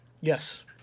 Yes